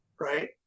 right